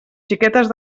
xiquetes